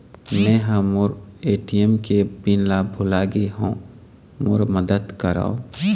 मै ह मोर ए.टी.एम के पिन ला भुला गे हों मोर मदद करौ